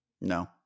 no